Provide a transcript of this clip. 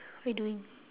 what you doing